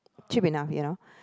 cheap enough you know